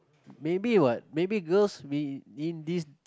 maybe what maybe girls